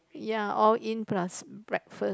ya all in plus breakfast